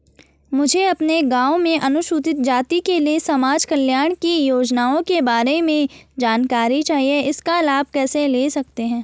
मुझे अपने गाँव में अनुसूचित जाति के लिए समाज कल्याण की योजनाओं के बारे में जानकारी चाहिए इसका लाभ कैसे ले सकते हैं?